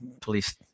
police